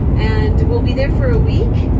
and we'll be there for a week.